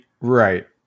Right